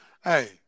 hey